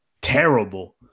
terrible